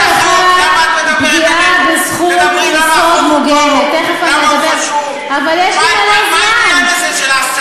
פגיעה בזכות יסוד מוגנת, על מה את מדברת?